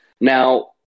Now